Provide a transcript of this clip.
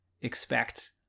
expect